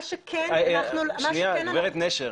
מה שכן אנחנו --- גב' נשר,